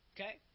Okay